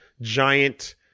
giant